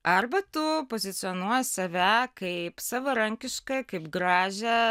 arba tu pozicionuoji save kaip savarankišką kaip gražią